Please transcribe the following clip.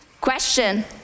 Question